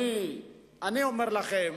אני אומר לכם.